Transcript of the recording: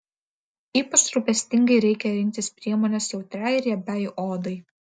ypač rūpestingai reikia rinktis priemones jautriai riebiai odai